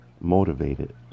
motivated